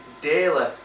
daily